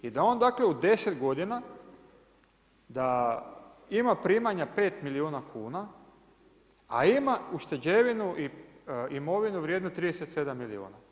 I da on dakle u 10 godina da ima primanja 5 milijuna kuna, a ima ušteđevinu i imovinu vrijednu 37 milijuna.